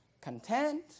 content